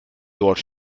dort